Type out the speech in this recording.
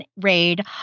raid